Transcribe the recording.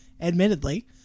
admittedly